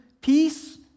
peace